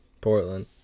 Portland